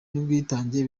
n’ubwitange